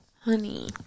Honey